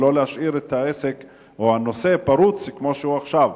ולא להשאיר את העסק פרוץ כמו שהוא עכשיו?